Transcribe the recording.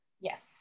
Yes